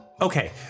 okay